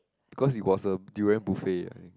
because it was a durian buffet ah